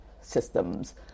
systems